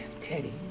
Teddy